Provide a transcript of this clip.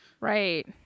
Right